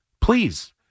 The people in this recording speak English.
Please